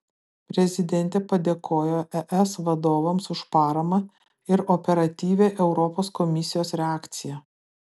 prezidentė padėkojo es vadovams už paramą ir operatyvią europos komisijos reakciją